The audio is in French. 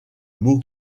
mau